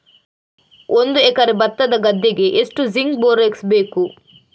ಒಂದು ಎಕರೆ ಭತ್ತದ ಗದ್ದೆಗೆ ಎಷ್ಟು ಜಿಂಕ್ ಬೋರೆಕ್ಸ್ ಬೇಕು?